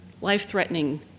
life-threatening